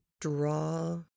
draw